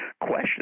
questions